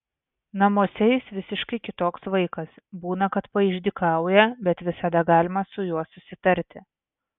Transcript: namuose jis visiškai kitoks vaikas būna kad paišdykauja bet visada galima su juo susitarti